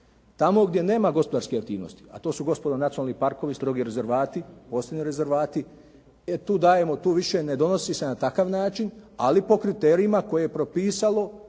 Tamo gdje nema gospodarskih aktivnosti, a to su gospodo nacionalni parkovi, strogi rezervati, posebno rezervati. E tu dajemo, tu više ne donosi se na takav način ali po kriterijima koje je propisao